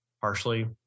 partially